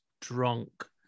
drunk